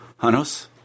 Hanos